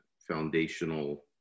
Foundational